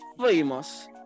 famous